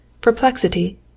Perplexity